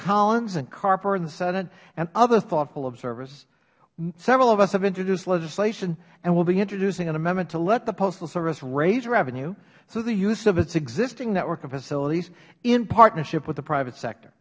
collins and carper in the senate and other thoughtful observers several of us have introduced legislation and will be introducing an amendment to let the postal service raise revenue through the use of its existing network of facilities in partnership with the private sector